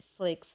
Netflix